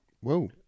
Whoa